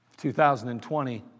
2020